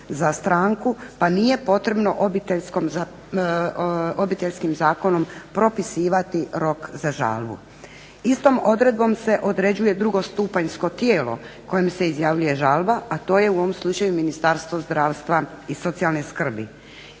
pa nije potrebno Obiteljskim zakonom propisivati rok za žalbu. Istom odredbom se određuje drugostupanjsko tijelo kojem se izjavljuje žalba, a to je u ovom slučaju Ministarstvo zdravstva i socijalne skrbi.